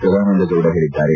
ಸದಾನಂದ ಗೌಡ ಹೇಳಿದ್ದಾರೆ